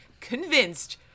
convinced